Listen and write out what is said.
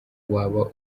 waba